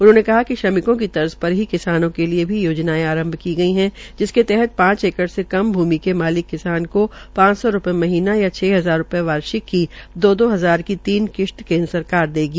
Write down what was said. उन्होंने कहा कि श्रमिकों की तर्ज पर ही किसानों के लिये योजनायें आरंभ की गई जिसके तहत पांच एकड़ से कम भूमि के मासिक किसानों को पांच सौ रूपये यह महीना या छ हजार रूपये वार्षिक की दो दो हजार की तीन किश्त केन्द्र सरकार देगी